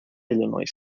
illinois